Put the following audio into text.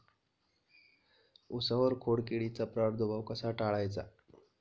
उसावर खोडकिडीचा प्रादुर्भाव कसा टाळायचा?